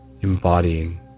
Embodying